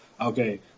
okay